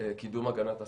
קידום הגנת הסייבר,